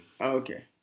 Okay